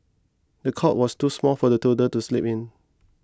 the cot was too small for the toddler to sleep in